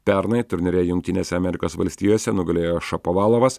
pernai turnyre jungtinėse amerikos valstijose nugalėjo šapovalas